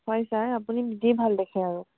হয় ছাৰ আপুনি যি ভাল দেখে আৰু